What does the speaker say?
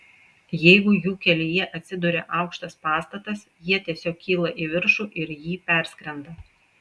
jeigu jų kelyje atsiduria aukštas pastatas jie tiesiog kyla į viršų ir jį perskrenda